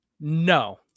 no